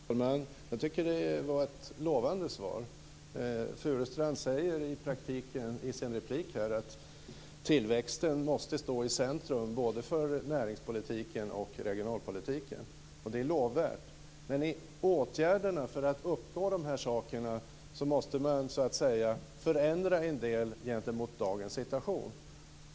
Herr talman! Jag tycker att det var ett lovande svar. Furustrand säger i praktiken i sin replik att tillväxten måste stå i centrum både för näringspolitiken och för regionalpolitiken. Det är lovvärt. Men i åtgärderna för att uppnå dessa saker måste man så att säga förändra en del gentemot dagens situation.